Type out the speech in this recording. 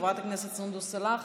חברת הכנסת סונדוס סאלח,